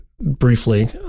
briefly